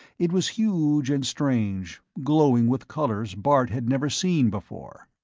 it was huge and strange, glowing with colors bart had never seen before.